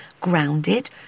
grounded